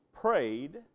prayed